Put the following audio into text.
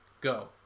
Go